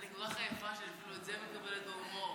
אני כל כך עייפה שאפילו את זה אני מקבלת בהומור.